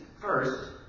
First